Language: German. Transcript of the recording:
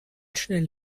schnell